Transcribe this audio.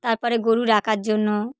তারপরে গরু রাখার জন্য